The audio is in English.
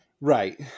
Right